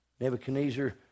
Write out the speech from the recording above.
Nebuchadnezzar